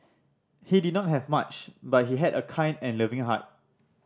he did not have much but he had a kind and loving heart